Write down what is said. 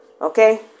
Okay